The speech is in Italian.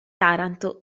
taranto